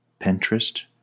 Pinterest